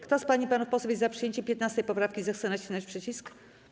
Kto z pań i panów posłów jest za przyjęciem 15. poprawki, zechce nacisnąć przycisk.